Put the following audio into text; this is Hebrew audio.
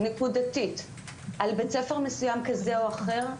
איזה שהן תלונות נקודתית על בית ספר מסויים כזה או אחר,